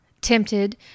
tempted